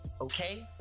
Okay